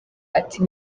ati